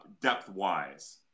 depth-wise